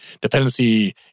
dependency